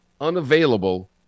unavailable